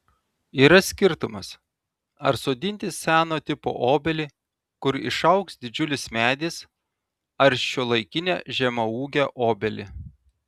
yra skirtumas ar sodinti seno tipo obelį kur išaugs didžiulis medis ar šiuolaikinę žemaūgę obelį